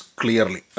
clearly